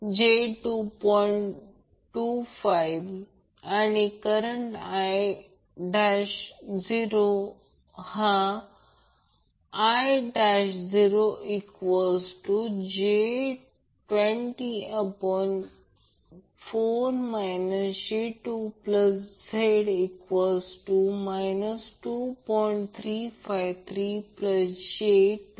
25 आणि current I0 आहे I0j204 j2Z 2